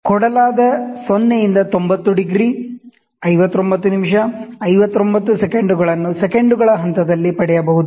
ಕೊಡಲಾದ 0 ರಿಂದ 90 ಡಿಗ್ರಿ 59 ನಿಮಿಷ 59 ಸೆಕೆಂಡುಗಳನ್ನು ಸೆಕೆಂಡುಗಳ ಹಂತಗಳಲ್ಲಿ ಪಡೆಯಬಹುದು